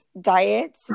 diet